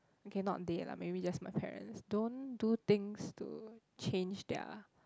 okay not they lah maybe just my parents don't do things to change their